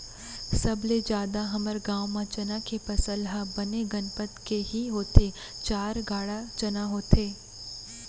सबले जादा हमर गांव म चना के फसल ह बने गनपत के ही होथे चार गाड़ा चना होथे